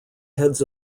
heads